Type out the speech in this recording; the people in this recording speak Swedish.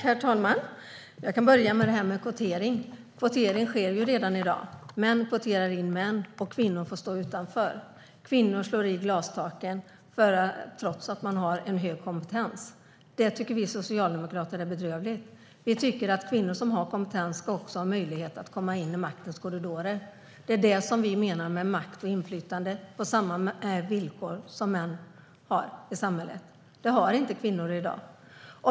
Herr talman! Jag kan börja med det här med kvotering. Kvotering sker redan i dag. Män kvoterar in män, och kvinnor får stå utanför. Kvinnor slår i glastaken, trots att de har hög kompetens. Det tycker vi socialdemokrater är bedrövligt. Vi tycker att kvinnor som har kompetens också ska ha möjlighet att komma in i maktens korridorer. Det är det vi menar med makt och inflytande på samma villkor som män har i samhället. Det har inte kvinnor i dag.